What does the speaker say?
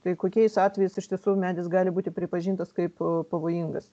tai kokiais atvejais iš tiesų medis gali būti pripažintas kaip pavojingas